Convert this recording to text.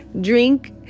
drink